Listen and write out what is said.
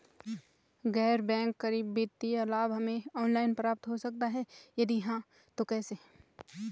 गैर बैंक करी वित्तीय लाभ हमें ऑनलाइन प्राप्त हो सकता है यदि हाँ तो कैसे?